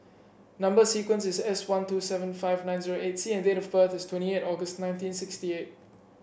number sequence is S one two seven five nine zero eight C and date of birth is twenty eight August nineteen sixty eight